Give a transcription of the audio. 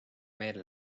meel